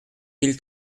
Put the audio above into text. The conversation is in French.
mille